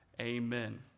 amen